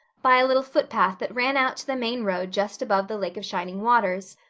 by a little footpath that ran out to the main road just above the lake of shining waters.